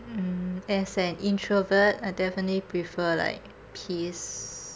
um as an introvert I definitely prefer like peace